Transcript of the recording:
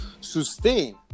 sustain